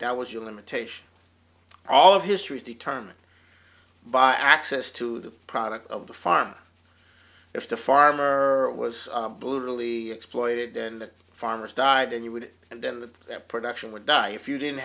that was your limitation all of history is determined by access to the product of the farm if the farmer was brutally exploited and that farmers died and you would and in the production would die if you didn't